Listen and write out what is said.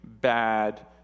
bad